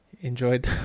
enjoyed